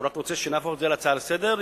הוא רק רוצה שנהפוך את זה להצעה לסדר-היום,